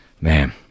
Man